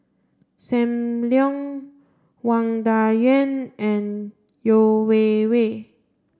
Sam Leong Wang Dayuan and Yeo Wei Wei